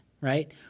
right